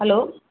hello